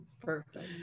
Perfect